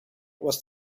was